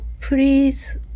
please